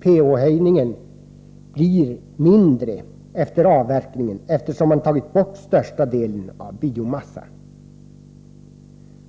pH höjningen blir mindre efter avverkningen, eftersom man tagit bort största delen av biomassan.